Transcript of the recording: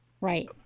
Right